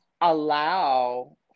allow